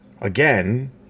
again